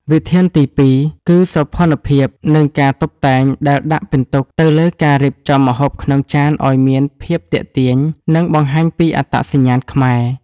វិធានទីពីរគឺ សោភ័ណភាព និងការតុបតែង ដែលដាក់ពិន្ទុទៅលើការរៀបចំម្ហូបក្នុងចានឱ្យមានភាពទាក់ទាញ និងបង្ហាញពីអត្តសញ្ញាណខ្មែរ។